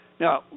Now